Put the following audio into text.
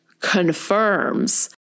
confirms